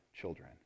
children